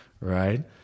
Right